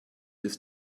ist